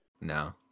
No